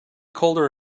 colder